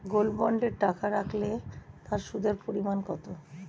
Gold বন্ডে টাকা রাখলে তা সুদের পরিমাণ কত?